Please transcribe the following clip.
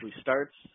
starts